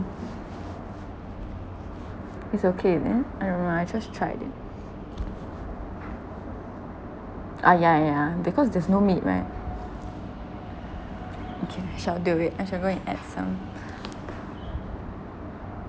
is okay is it I don't know I just tried it uh ya ya because there's no meat right okay I shall do it I shall go and add some